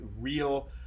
real